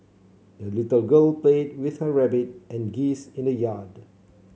the little girl played with her rabbit and geese in the yard